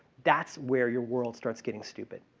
that's where your world starts getting stupid.